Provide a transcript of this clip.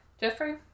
Jeffrey